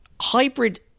hybrid